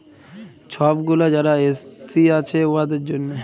ছব গুলা যারা এস.সি আছে উয়াদের জ্যনহে